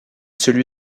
celui